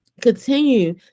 continue